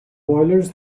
boilers